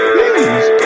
Please